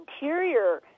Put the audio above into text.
interior